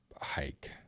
hike